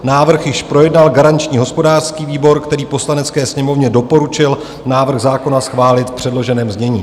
Návrh již projednal garanční hospodářský výbor, který Poslanecké sněmovně doporučil návrh zákona schválit v předloženém znění.